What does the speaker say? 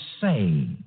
say